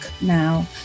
now